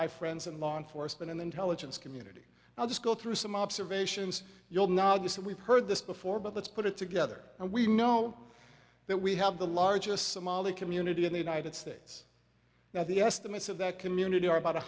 my friends in law enforcement and intelligence community i'll just go through some observations that we've heard this before but let's put it together and we know that we have the largest somali community in the united states now the estimates of that community are about